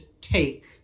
take